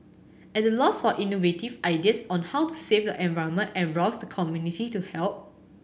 at a loss for innovative ideas on how to save the environment and rouse the community to help